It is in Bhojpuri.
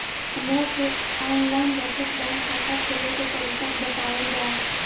हमरा के आन लाइन बचत बैंक खाता खोले के तरीका बतावल जाव?